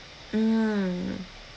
mm